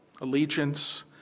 allegiance